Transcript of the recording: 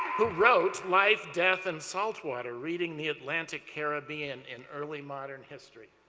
who wrote, life, death, and saltwater reading the atlantic caribbean in early modern history.